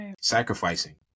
sacrificing